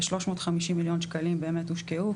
כ-350 מיליון שקלים באמת הושקעו,